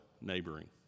neighboring